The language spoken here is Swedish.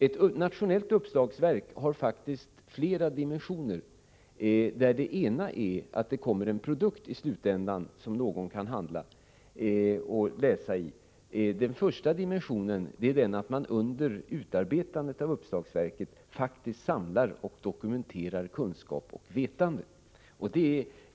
Ett nationellt uppslagsverk har faktiskt flera dimensioner, där i slutändan en produkt kommer som man kan inhandla och läsa i. Den första dimensionen är den att man under utarbetandet av uppslagsverket faktiskt samlar och dokumenterar kunskap och vetande.